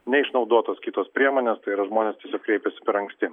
neišnaudotos kitos priemonės tai yra žmonės kreipiasi per anksti